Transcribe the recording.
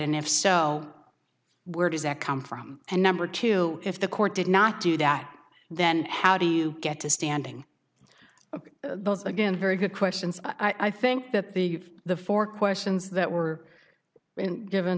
and if so where does that come from and number two if the court did not do that then how do you get to standing those again very good questions i think that the the four questions that were given